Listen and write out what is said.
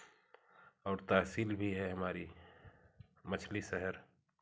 और तहसील भी है हमारी मछली शहर